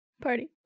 Party